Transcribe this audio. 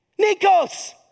Nikos